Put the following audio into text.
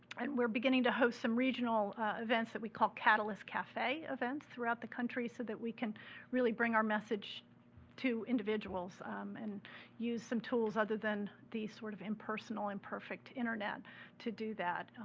and we're beginning to host some regional events that we call catalyst cafe events throughout the country so that we can really bring our message to individuals and use some tools other than the sort of impersonal imperfect internet to do that,